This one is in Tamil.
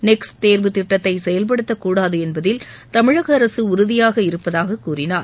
நெக்ஸ்ட் தேர்வு திட்டத்தை செயல்படுத்தக்கூடாது என்பதில் தமிழக அரசு உறுதியாக இருப்பதாக கூறினார்